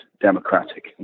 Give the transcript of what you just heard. democratic